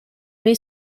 may